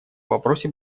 вопросе